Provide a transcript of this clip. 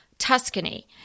Tuscany